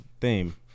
theme